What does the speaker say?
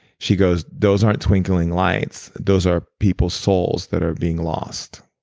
she goes, those aren't twinkling lights. those are people's souls that are being lost.